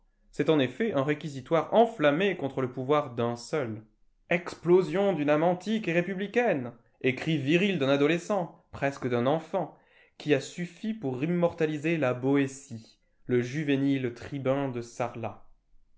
c'est en effet un réquisitoire enflammé contre le pouvoir d'un seul explosion d'une âme antique et républicaine ecrit viril d'un adolescent presque d'un enfant qui a suffi pour immortaliser la boétie le juvénile tribun de sarlat